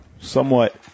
somewhat